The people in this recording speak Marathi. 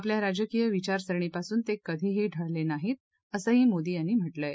आपल्या राजकीय विचारसरणीपासून ते कधीही ढळले नाहीत असंही मोदी यांनी म्हटलंय